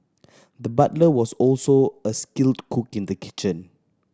the butler was also a skilled cook in the kitchen